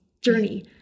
journey